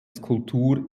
skulptur